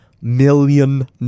million